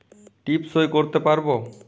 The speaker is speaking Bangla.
টিপ সই করতে পারবো?